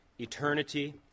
eternity